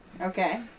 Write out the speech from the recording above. Okay